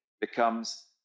becomes